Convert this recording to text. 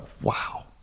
wow